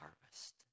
harvest